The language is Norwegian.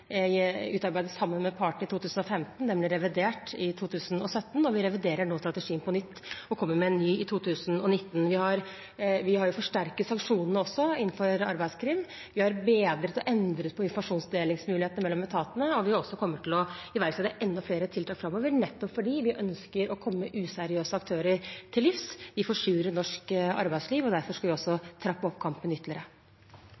jeg selvfølgelig motstride det på det sterkeste. Regjeringen har nettopp iverksatt flere kraftfulle tiltak mot arbeidslivskriminalitet som den første regjering. Vi har en egen strategi som vi utarbeidet sammen med partene i 2015. Den ble revidert i 2017, og vi reviderer nå strategien på nytt og kommer med en ny i 2019. Vi har forsterket sanksjonene også innenfor arbeidskrim. Vi har bedret og endret på informasjonsdelingsmulighetene mellom etatene. Vi kommer også til å iverksette enda flere tiltak framover nettopp fordi vi ønsker å komme useriøse